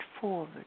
forward